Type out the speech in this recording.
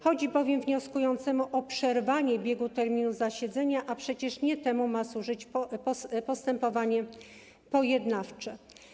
Chodzi bowiem wnioskującemu o przerwanie biegu terminu zasiedzenia, a przecież nie temu ma służyć postępowanie pojednawcze.